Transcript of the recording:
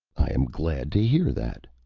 i am glad to hear that,